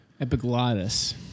Epiglottis